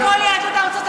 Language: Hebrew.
איפה כל יהדות ארצות הברית,